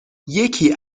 یکی